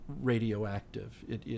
radioactive